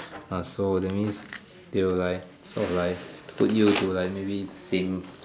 ah so that means they will like sought of like put you to like maybe same